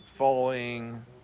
falling